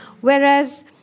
Whereas